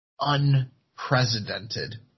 unprecedented